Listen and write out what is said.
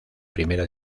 primera